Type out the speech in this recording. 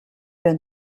been